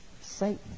Satan